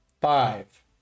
five